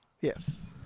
Yes